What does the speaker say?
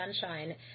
Sunshine